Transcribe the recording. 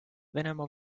venemaa